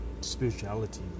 spirituality